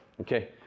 okay